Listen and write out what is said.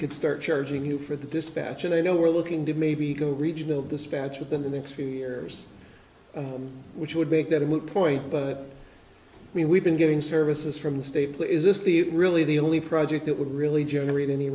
could start charging you for the dispatch and i know we're looking to maybe go regional dispatch within the next few years which would make that a moot point but i mean we've been getting services from the stapler is this the really the only project that would really generate any